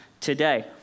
today